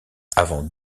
avant